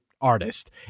artist